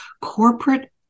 corporate